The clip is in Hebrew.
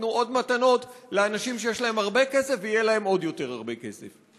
ייתנו עוד מתנות לאנשים שיש להם הרבה כסף ויהיה להם עוד יותר הרבה כסף.